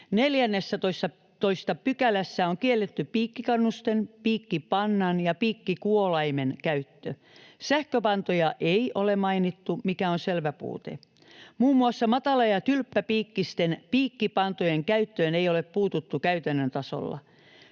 14 §:ssä on kielletty piikkikannusten, piikkipannan ja piikkikuolaimen käyttö. Sähköpantoja ei ole mainittu, mikä on selvä puute. Muun muassa matala- ja tylppäpiikkisten piikkipantojen käyttöön ei ole puututtu käytännön tasolla.